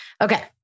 Okay